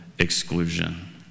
exclusion